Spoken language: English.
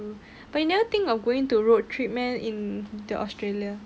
um but you never think of going to road trip meh in the australia